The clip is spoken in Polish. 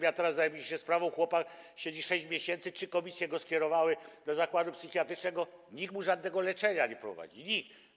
Ja teraz zajmuję się sprawą chłopa, siedzi 6 miesięcy, trzy komisje go skierowały do zakładu psychiatrycznego, nikt mu żadnego leczenia nie prowadzi, nikt.